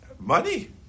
Money